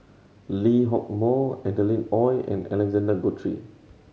Lee Hock Moh Adeline Ooi and Alexander Guthrie